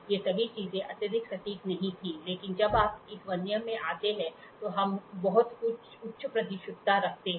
ये सभी चीजें अत्यधिक सटीक नहीं थीं लेकिन जब आप इस वर्नियर में आते हैं तो हम बहुत उच्च परिशुद्धता रखते हैं